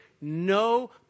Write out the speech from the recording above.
no